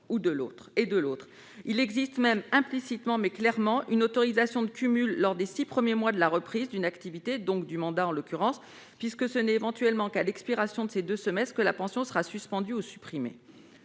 Il existe même, implicitement mais clairement, une autorisation de cumul lors des six premiers mois de la reprise d'une activité- du mandat, en l'occurrence -, puisque ce n'est éventuellement qu'à l'expiration de ces deux trimestres que la pension sera suspendue ou supprimée.